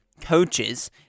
coaches